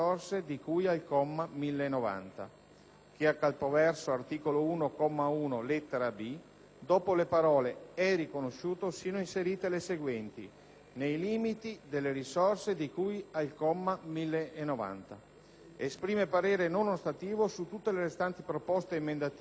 che al capoverso Art. 1, comma 1, lettera *b)*, dopo le parole: "è riconosciuto" siano inserite le seguenti: "nei limiti delle risorse di cui al comma 1090 e". Esprime parere non ostativo su tutte le restanti proposte emendative riferite fino all'articolo 2.